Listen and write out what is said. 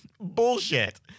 bullshit